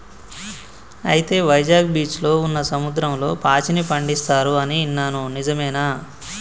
అయితే వైజాగ్ బీచ్లో ఉన్న సముద్రంలో పాచిని పండిస్తారు అని ఇన్నాను నిజమేనా